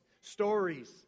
stories